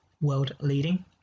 world-leading